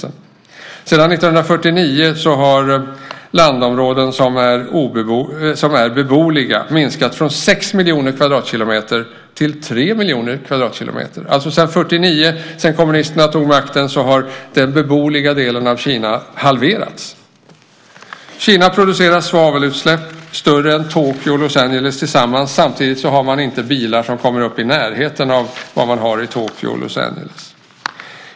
Sedan 1949 har landområden som är beboliga minskat från sex miljoner kvadratkilometer till tre miljoner kvadratkilometer. Sedan 1949, då kommunisterna tog makten, har den beboliga delen av Kina alltså halverats. Kina producerar svavelutsläpp större än Tokyo och Los Angeles tillsammans. Samtidigt har man inte bilar som kommer i närheten av vad man har i Tokyo och Los Angeles.